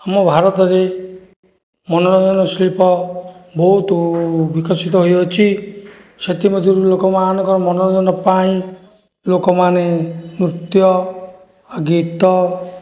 ଆମ ଭାରତରେ ମନୋରଞ୍ଜନ ଶିଳ୍ପ ବହୁତ ବିକଶିତ ହୋଇଅଛି ସେଥିମଧ୍ୟରୁ ଲୋକମାନଙ୍କ ମନୋରଞ୍ଜନ ପାଇଁ ଲୋକମାନେ ନୃତ୍ୟ ଆଉ ଗୀତ